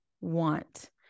want